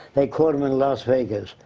they caught him in las vegas,